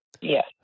Yes